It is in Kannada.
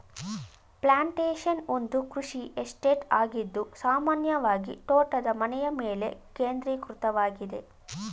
ಪ್ಲಾಂಟೇಶನ್ ಒಂದು ಕೃಷಿ ಎಸ್ಟೇಟ್ ಆಗಿದ್ದು ಸಾಮಾನ್ಯವಾಗಿತೋಟದ ಮನೆಯಮೇಲೆ ಕೇಂದ್ರೀಕೃತವಾಗಿದೆ